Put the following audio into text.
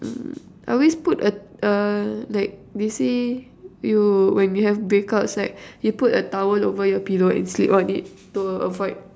mm I always put a uh like they say you when you have breakouts right you put a towel over your pillow and sleep on it to avoid